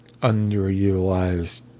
underutilized